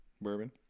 bourbon